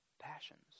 passions